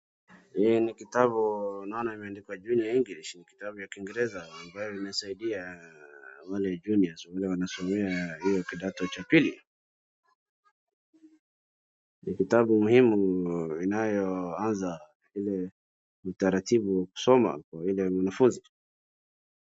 Hii ni kitabu naona imeandikwa Junior English ni kitabu ya kiingereza ambayo imesaidia junior saa ile ambao wanasomea kitado cha pili ni kitabu muhimu inayoanza ile utaratibu kusoma saile mwanafunzi.